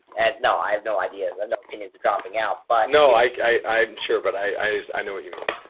no, i have no idea. i know opinions of dropping out, but no, like i, i'm sure, but i, i i know what you mean.